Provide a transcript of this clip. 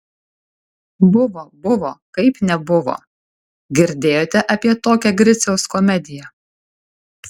buvo buvo kaip nebuvo girdėjote apie tokią griciaus komediją